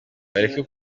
bareke